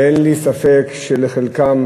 ואין לי ספק שחלקם